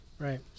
Right